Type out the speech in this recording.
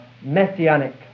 messianic